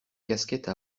casquette